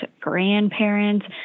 grandparents